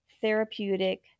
therapeutic